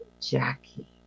Jackie